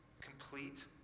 complete